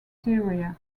styria